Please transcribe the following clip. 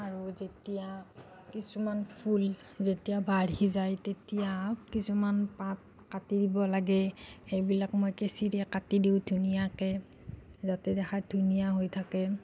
আৰু যেতিয়া কিছুমান ফুল যেতিয়া বাঢ়ি যায় তেতিয়া কিছুমান পাত কাটি দিব লাগে সেইবিলাক মই কেচিৰে কাটি দিওঁ ধুনীয়াকৈ যাতে দেখাত ধুনীয়া হৈ থাকে